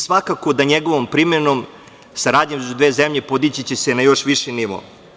Svakako da će se njegovom primenom saradnja između dve zemlje podići na još viši nivo.